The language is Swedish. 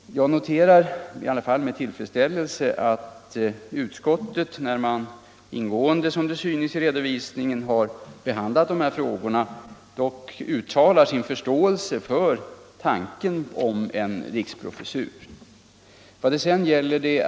Jag noterar i alla fall med tillfredsställelse att utskottet efter att — som det framgår av redovisningen — ingående ha behandlat denna fråga, uttalar sin förståelse för tanken på en riksprofessur.